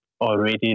already